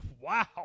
Wow